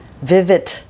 vivid